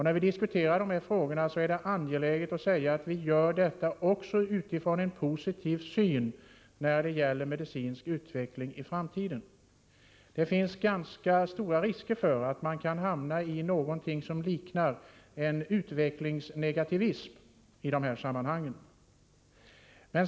När vi diskuterar dessa frågor är det angeläget att säga att vi gör detta också utifrån en positiv syn på medicinsk utveckling i framtiden. Det finns en ganska stor risk att man hamnar i någonting som liknar utvecklingsnegativism i dessa sammanhang.